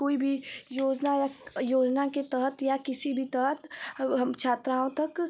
कोई भी योजना या योजना के तहत या किसी भी तहत हम छात्राओं तक